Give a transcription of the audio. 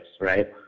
right